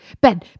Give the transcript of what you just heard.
Ben